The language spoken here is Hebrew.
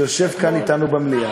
שיושב כאן אתנו במליאה.